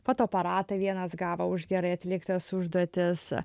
fotoaparatą vienas gavo už gerai atliktas užduotis